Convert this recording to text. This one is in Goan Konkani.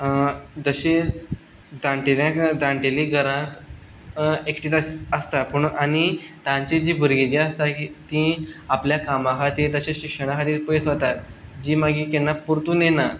जशीं जाणटेल्यांक जाणटेलीं घरांत एकठींच आसता पूण आनी तांची जीं भुरगीं जीं आसता तीं आपल्या कामा खातीर तशेंच शिक्षणा खातीर पयस वतात जीं मागीर केन्ना परतून येना